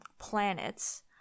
planets